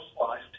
life